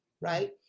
right